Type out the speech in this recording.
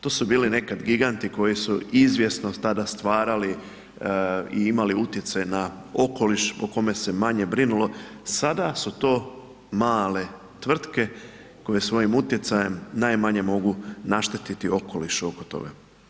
To su bili nekad giganti koji su izvjesno tada stvarali i imali utjecaj na okoliš o kome se manje brinulo, sada su to male tvrtke koje svojim utjecajem najmanje mogu naštetiti okolišu oko toga.